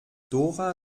dora